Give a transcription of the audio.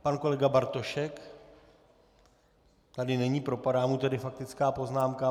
Pan kolega Bartošek tady není, propadá mu tedy faktická poznámka.